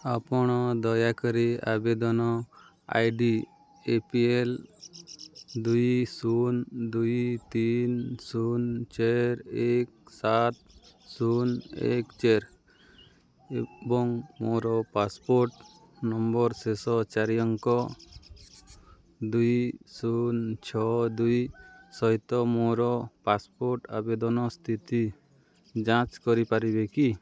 ଆପଣ ଦୟାକରି ଆବେଦନ I D A P L ଦୁଇ ଶୂନ ଦୁଇ ତିନି ଶୂନ ଚାରି ଏକ ସାତ ଶୂନ ଏକ ଚାରି ଏବଂ ମୋର ପାସପୋର୍ଟ ନମ୍ବର୍ର ଶେଷ ଚାରି ଅଙ୍କ ଦୁଇ ଶୂନ ଛଅ ଦୁଇ ସହିତ ମୋର ପାସପୋର୍ଟ ଆବେଦନର ସ୍ଥିତି ଯାଞ୍ଚ କରିପାରିବେ କି